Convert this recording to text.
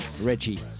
Reggie